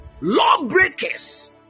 lawbreakers